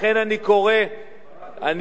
לכן אני קורא, לדעתנו, ברק הוא טוב.